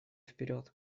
вперед